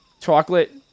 chocolate